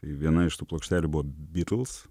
viena iš tų plokštelių buvo bitls